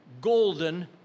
golden